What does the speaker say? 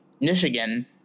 Michigan